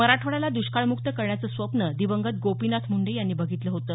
मराठवाड्याला दुष्काळमुक्त करण्याचं स्वप्न दिवगंत गोपीनाथ मुंडे यांनी बघितलं होतं